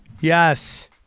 Yes